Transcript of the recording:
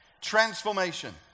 transformation